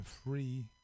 Free